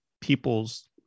people's